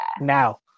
now